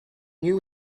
new